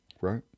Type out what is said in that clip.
right